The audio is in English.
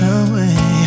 away